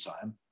time